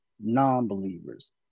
non-believers